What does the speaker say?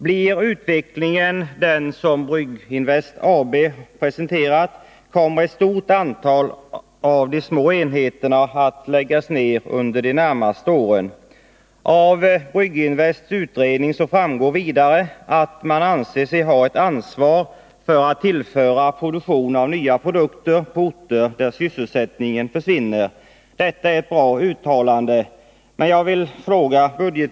Blir utvecklingen den som Brygginvest AB presenterar, kommer ett stort antal av de små enheterna att läggas ned under de närmaste åren. Av Brygginvests utredning framgår vidare att man anser sig ha ett ansvar för att tillföra ny produktion på orter där sysselsättning försvinner. Detta är ett bra uttalande.